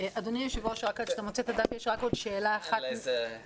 אדוני היושב ראש, שאלה ממוקדת.